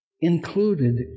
included